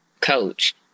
coach